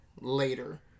later